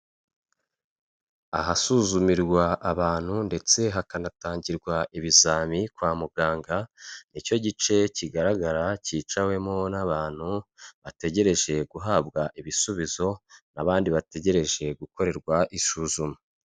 Aha suzumirwa abantu ndetse hakanatangirwa ibizami kwa muganga, nicyo gice kigaragara cyicawemo n'abantu, bategereje guhabwa ibisubizo, n'abandi bategereje gukorerwa isuzuma.